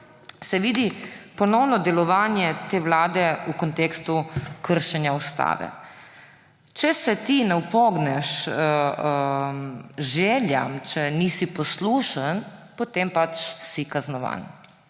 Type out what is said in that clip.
se vidi ponovno delovanje te vlade v kontekstu kršenja ustave. Če se ti ne upogneš željam, če nisi poslušen, potem si pač kaznovan.